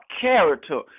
character